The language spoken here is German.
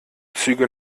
züge